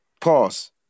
pause